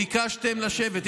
ביקשתם לשבת.